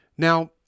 Now